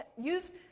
use